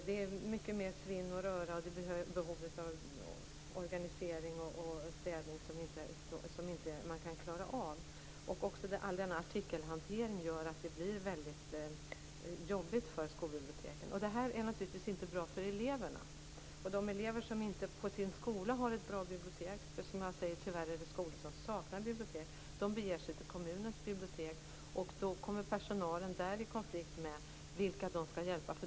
Det är mycket svinn, röra och behov av organisation och städning som man inte klarar av. All artikelhantering gör också att det blir väldigt jobbigt för skolbiblioteken. Detta är naturligtvis inte bra för eleverna. De elever som inte har ett bra bibliotek på sin skola - tyvärr finns det, som jag sade, skolor som saknar bibliotek - beger sig till kommunens bibliotek. Då kommer personalen där i konflikt när det gäller vilka de skall hjälpa.